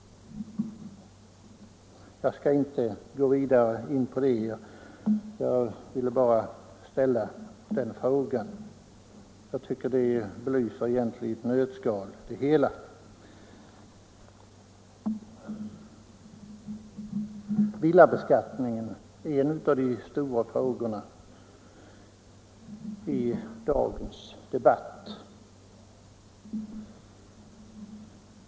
Jag skall inte gå vidare in på det — jag ville bara ställa frågan. Jag tycker att den i ett nötskal belyser det hela. Villabeskattningen är en av de stora frågorna i dagens debatt.